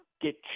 get